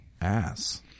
ass